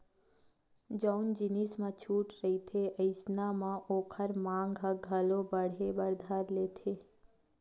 जउन जिनिस म छूट रहिथे अइसन म ओखर मांग ह घलो बड़हे बर धर लेथे